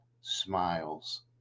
Smiles